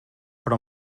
però